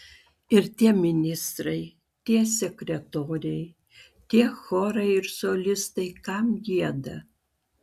ir tie ministrai tie sekretoriai tie chorai ir solistai kam gieda